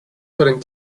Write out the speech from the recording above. suelen